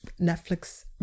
Netflix